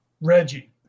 reggie